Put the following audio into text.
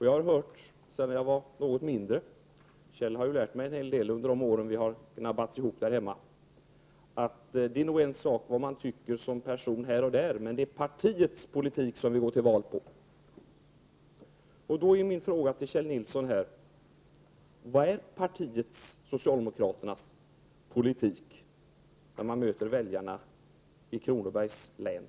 Jag har hört sedan jag var något mindre — Kjell Nilsson har lärt mig en hel del under de år vi har gnabbats ihop där hemma — att det är en sak vad man tycker som person här och där, men det är partiets politik som vi går till val på. Då är min fråga till Kjell Nilsson: Vad är socialdemokraternas politik i fråga om I 11, när de möter väljarna i Kronobergs län?